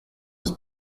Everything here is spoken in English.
was